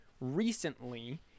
recently